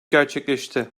gerçekleşti